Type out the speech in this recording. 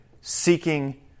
seeking